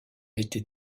été